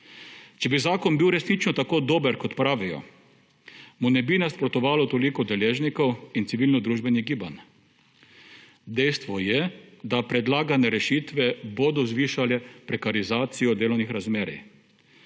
Če bi zakon bil resnično tako dober kot pravijo, mu ne bi nasprotovalo toliko deležnikov in civilno družbenih gibanj. Dejstvo je, da predlagane rešitve bodo zvišale prekarizacijo delovnih razmerij.